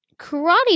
Karate